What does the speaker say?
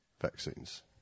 vaccines